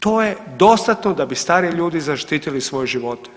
To je dostatno da bi stariji ljudi zaštitili svoje živote.